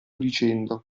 dicendo